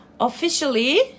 Officially